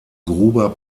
gruber